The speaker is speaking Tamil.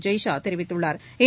ஜெய்ஷா தெரிவித்துள்ளாா்